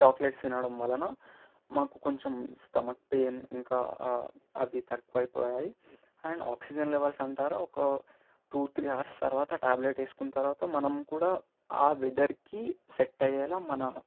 chocolates తినడం వలన మాకు కొంచెం స్టమక్ పెయిన్ ఇంకా అవి తక్కువైపోయాయి అండ్ ఆక్సిజన్ లెవెల్స్ అంటారా ఒక టూ త్రీ అవర్స్ తరువాత ట్యాబ్లెట్ వేసుకున్న తరువాత మనం కూడ ఆ వెదర్కి సెట్ అయ్యేలా మన